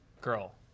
Girl